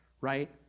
Right